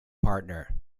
partner